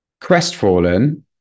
crestfallen